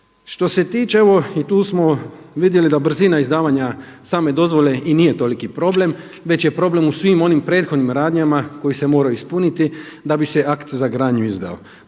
Što se tiče ovo i tu smo vidjeli da brzina izdavanja same dozvole i nije toliki problem, već je problem u svim onim prethodnim radnjama koji se moraju ispuniti da bi se akt za gradnju izdao.